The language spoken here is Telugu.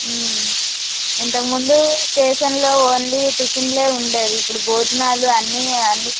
ఇంతకుముందు స్టేషన్లో ఓన్లీ టిఫిన్లు ఉండేవి ఇప్పుడు భోజనాలు అన్నీ అన్నీ